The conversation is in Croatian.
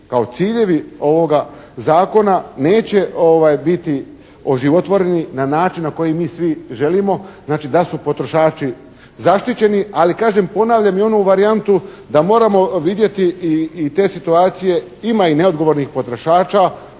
kao ciljevi ovoga zakona, neće biti oživotvoreni na način na koji mi svi želimo, znači da su potrošači zaštićeni. Ali kažem, ponavljam i onu varijantu, da moramo vidjeti i te situacije, ima i neodgovornih potrošača,